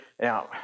Now